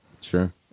Sure